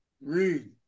Read